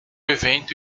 evento